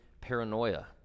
paranoia